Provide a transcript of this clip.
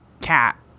cat